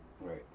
Right